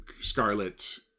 Scarlet